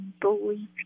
believe